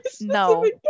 No